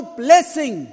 blessing